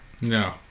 No